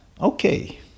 okay